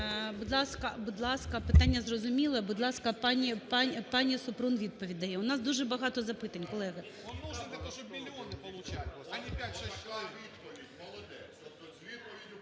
Будь ласка, питання зрозуміле. Будь ласка, пані Супрун відповідь. У нас уже багато запитань, колеги.